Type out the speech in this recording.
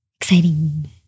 exciting